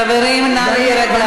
חברים, נא להירגע.